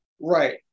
right